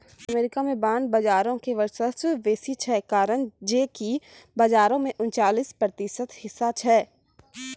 America मे bond बजारो के वर्चस्व बेसी छै, कारण जे कि बजारो मे उनचालिस प्रतिशत हिस्सा छै